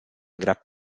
grap